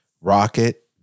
rocket